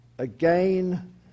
Again